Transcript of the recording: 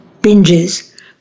binges